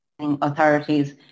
authorities